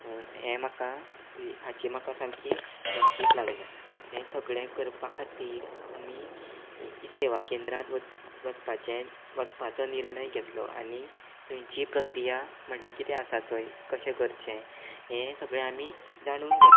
हें म्हाका हाची म्हाका सामकी उमळशीक लागल्या हें सगळें करपा खातीर आमी सेवा केद्रांत वचपाचें वचपाचो निर्णय घेतलो आनी थंयची प्रक्रिया म्हणल्यार कितें आसा थंय कशें करचें हें सगळें आमी जाणून घेतलें